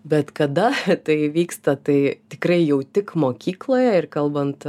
bet kada tai įvyksta tai tikrai jau tik mokykloje ir kalbant